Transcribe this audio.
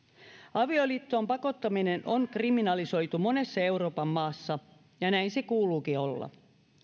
avioliittoon pakottaminen on kriminalisoitu monessa euroopan maassa ja ja näin kuuluukin olla